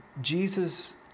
Jesus